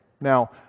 now